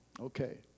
okay